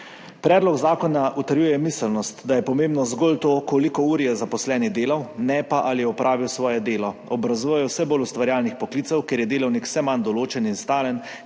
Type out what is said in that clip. Predlog zakona utrjuje miselnost, da je pomembno zgolj to, koliko ur je zaposleni delal, ne pa ali je opravil svoje delo. Ob razvoju vse bolj ustvarjalnih poklicev, kjer je delovnik vse manj določen in stalen,